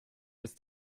ist